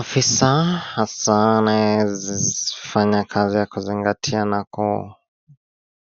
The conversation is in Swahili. Afisa hasa anayezifanya kazi ya kuzingatia na